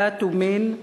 דת ומין,